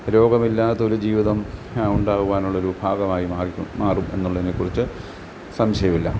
രോഗമില്ലാത്തൊരു ജീവിതം ഉണ്ടാകുവാനുള്ളോരു ഭാഗമായി മാറി ക്കൊ മാറും എന്നുള്ളയിനെക്കുറിച്ച് സംശയവില്ല